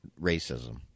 racism